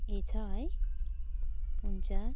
ए छ है हुन्छ